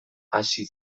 hasi